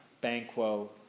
Banquo